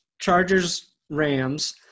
Chargers-Rams –